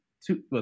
two